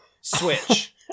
Switch